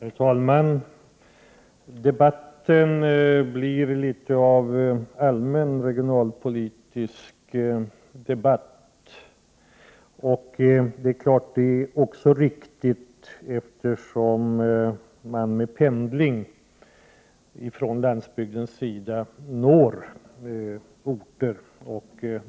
Herr talman! Debatten blir litet av en allmän regionalpolitisk debatt, och det är klart att det också är riktigt, eftersom man med pendling från landsbygden når olika orter.